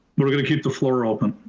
we're gonna keep the floor open.